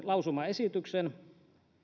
lausumaesityksen